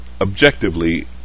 objectively